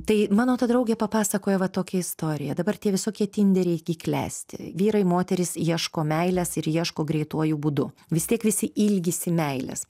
tai mano ta draugė papasakojo va tokią istoriją dabar tie visokie tinderiai gi klesti vyrai moterys ieško meilės ir ieško greituoju būdu vis tiek visi ilgisi meilės